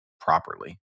properly